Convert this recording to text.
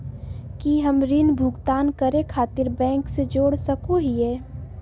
की हम ऋण भुगतान करे खातिर बैंक से जोड़ सको हियै?